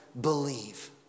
believe